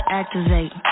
activate